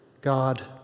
God